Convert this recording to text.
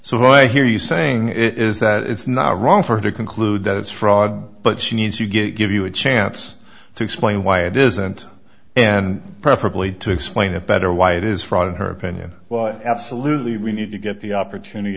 so i hear you saying it is that it's not wrong for to conclude that it's fraud but she needs to get give you a chance to explain why it isn't and preferably to explain it better why it is fraud in her opinion absolutely we need to get the opportunity